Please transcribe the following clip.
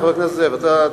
חבר הכנסת זאב, שנייה.